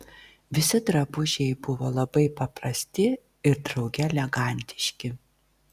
visi drabužiai buvo labai paprasti ir drauge elegantiški